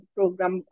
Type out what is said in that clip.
Program